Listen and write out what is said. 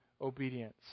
obedience